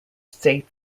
state